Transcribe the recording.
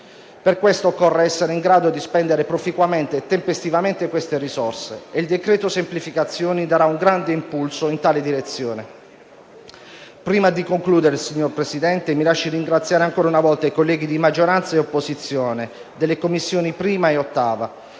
Per questo occorre essere in grado di spendere proficuamente e tempestivamente queste risorse e il decreto semplificazioni darà un grande impulso in tale direzione. Prima di concludere, signor Presidente, mi lasci ringraziare ancora una volta i colleghi di maggioranza e opposizione delle Commissioni 1a e 8a